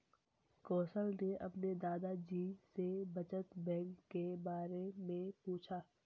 कुशल ने अपने दादा जी से बचत बैंक के बारे में पूछा